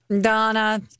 Donna